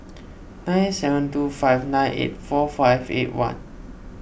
nine seven two five nine eight four five eight one